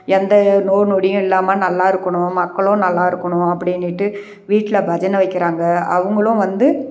எந்த நோய் நொடியும் இல்லாமல் நல்லா இருக்கணும் மக்களும் நல்லா இருக்கணும் அப்படின்னிட்டு வீட்டில் பஜனை வைக்கிறாங்க அவங்களும் வந்து